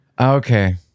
okay